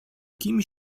kim